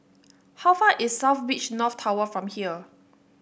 how far is South Beach North Tower from here